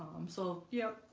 um, so yep,